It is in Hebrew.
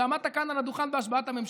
כשעמדת כאן על הדוכן בהשבעת הממשלה,